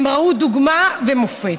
הם ראו דוגמה ומופת.